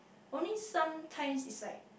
only some times it's like